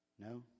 No